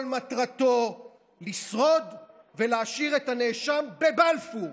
כל מטרתו לשרוד ולהשאיר את הנאשם בבלפור.